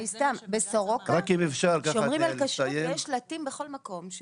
בסורוקה שומרים על כשרות ויש שלטים בכל מקום.